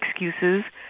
excuses